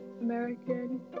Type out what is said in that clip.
American